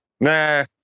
nah